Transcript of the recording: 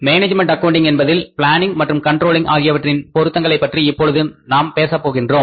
management accounting என்பதில் planning மற்றும் controlling ஆகியவற்றின் பொருத்தங்களைப் பற்றி இப்பொழுது நாம் பேசப் போகின்றோம்